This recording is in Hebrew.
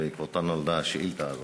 שבעקבותיהן נולדה השאילתה הזאת.